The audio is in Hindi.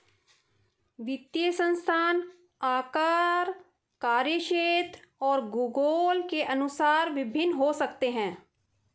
वित्तीय संस्थान आकार, कार्यक्षेत्र और भूगोल के अनुसार भिन्न हो सकते हैं